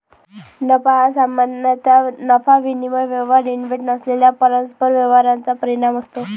नफा हा सामान्यतः नफा विनिमय व्यवहार इव्हेंट नसलेल्या परस्पर व्यवहारांचा परिणाम असतो